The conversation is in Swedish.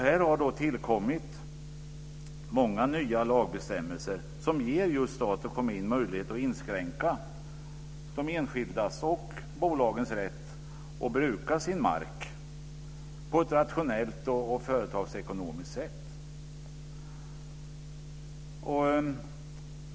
Här har tillkommit många nya lagbestämmelser som just ger stat och kommun möjlighet att inskränka de enskildas och bolagens rätt att bruka sin mark på ett rationellt och företagsekonomiskt sätt.